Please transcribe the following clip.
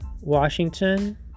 Washington